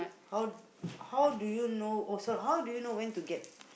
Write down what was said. how how do you know also how do you know when to get